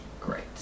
Great